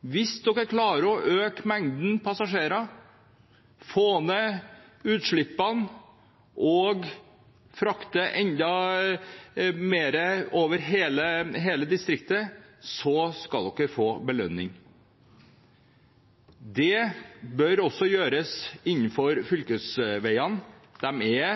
Hvis de klarte å øke mengden passasjerer, få ned utslippene og frakte enda flere over hele distriktet, skulle de få belønning. Dette bør også gjøres når det gjelder fylkesveiene, for de er